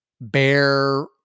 bear